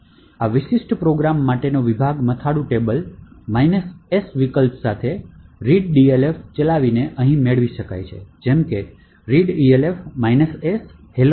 આ વિશિષ્ટ પ્રોગ્રામ માટેનો વિભાગ મથાળું ટેબલ S વિકલ્પ સાથે readelf ચલાવીને અહીં મેળવી શકાય છે જેમ કે readelf S hello